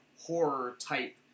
horror-type